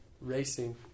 racing